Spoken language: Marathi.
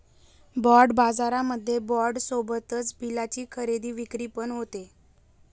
बाँड बाजारामध्ये बाँड सोबतच बिलाची खरेदी विक्री पण होते